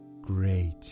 Great